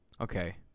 okay